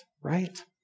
right